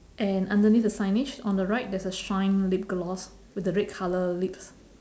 and underneath the signage on the right there's a shine lip gloss with the red colour lips